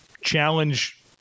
challenge